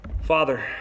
Father